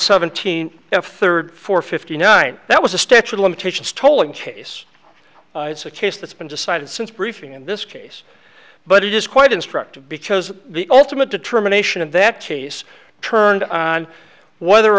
seventeen if third four fifty nine that was a statute of limitations tolling case it's a case that's been decided since briefing in this case but it is quite instructive because the ultimate determination of that case turned on whether